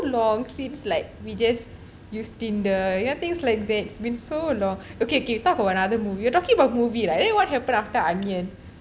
long seems like we just use tinder yathings like that its been so long okay okay talk about another movie you talking about movie right then what happen after anniyan